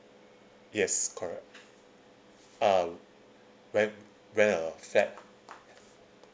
yes correct um rent rent a flat